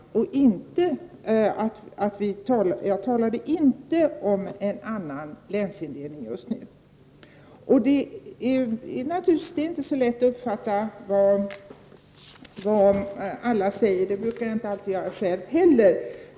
Jag talade inte om en annan länsindelning. Det är naturligtvis inte så lätt att uppfatta vad alla säger. Det brukar jag inte alltid göra själv heller.